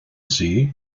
sie